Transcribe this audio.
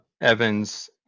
Evans